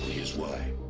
here's why